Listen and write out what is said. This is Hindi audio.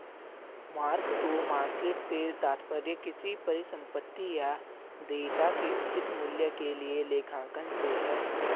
मार्क टू मार्केट से तात्पर्य किसी परिसंपत्ति या देयता के उचित मूल्य के लिए लेखांकन से है